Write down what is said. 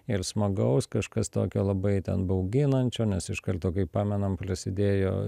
ir smagaus kažkas tokio labai ten bauginančio nes iš karto kaip pamenam prasidėjo